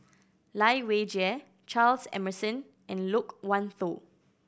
Lai Weijie Charles Emmerson and Loke Wan Tho